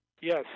Yes